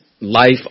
life